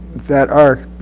that are,